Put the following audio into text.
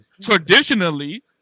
Traditionally